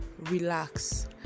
Relax